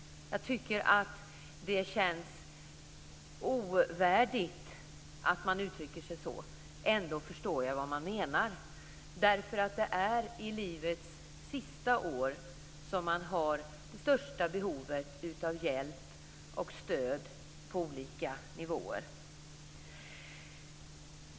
Jag tycker att det känns ovärdigt att man uttrycker sig så, ändå förstår jag vad man menar. Det är i livets sista år som man har det största behovet av hjälp och stöd på olika nivåer.